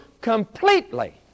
completely